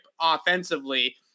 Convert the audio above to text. offensively